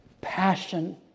passion